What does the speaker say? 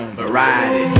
variety